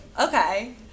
Okay